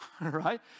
right